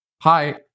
Hi